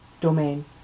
domain